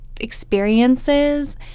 experiences